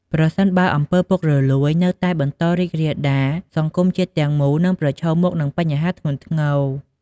ប្រសិនបើអំពើពុករលួយនៅតែបន្តរីករាលដាល សង្គមជាតិទាំងមូលនឹងប្រឈមមុខនឹងបញ្ហាធ្ងន់ធ្ងរ។